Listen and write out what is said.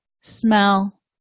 smell